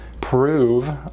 prove